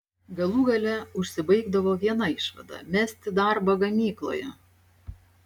galų gale užsibaigdavo viena išvada mesti darbą gamykloje